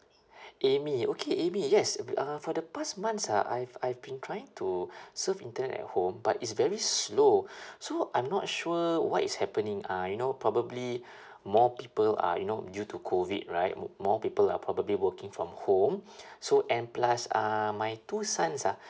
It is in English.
amy okay amy yes uh for the past months ah I've I've been trying to surf internet at home but it's very slow so I'm not sure what is happening uh you know probably more people are you know due to COVID right mo~ more people are probably working from home so and plus uh my two sons ah uh